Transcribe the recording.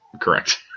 Correct